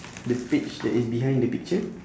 the page that is behind the picture